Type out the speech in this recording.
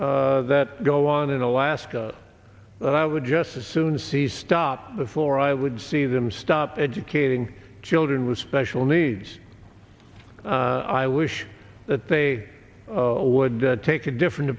that go on in alaska that i would just as soon see stop before i would see them stop educating children with special needs i wish that they would take a different